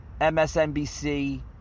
msnbc